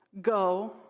Go